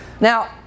now